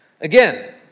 Again